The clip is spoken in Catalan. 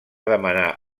demanar